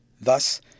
Thus